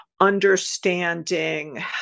Understanding